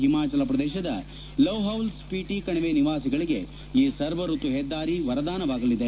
ಹಿಮಾಚಲ ಶ್ರದೇತದ ಲಾಹೌಲ್ ಸ್ವಿಟಿ ಕಣಿವೆ ನಿವಾಸಿಗಳಿಗೆ ಈ ಸರ್ವಾಯತು ಹೆದ್ದಾರಿ ವರದಾನವಾಗಲಿದೆ